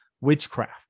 witchcraft